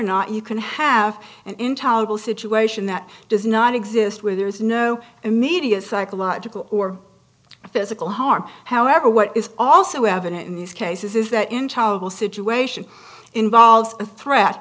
not you can have an intolerable situation that does not exist where there is no immediate psychological or physical harm however what is also evident in these cases is that intolerable situation involves a threat